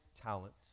talent